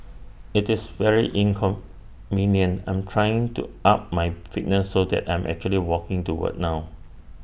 IT is very inconvenient I'm trying to up my fitness so that I'm actually walking to work now